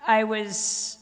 i was